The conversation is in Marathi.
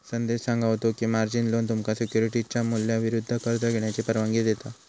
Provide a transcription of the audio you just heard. संदेश सांगा होतो की, मार्जिन लोन तुमका सिक्युरिटीजच्या मूल्याविरुद्ध कर्ज घेण्याची परवानगी देता